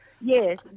yes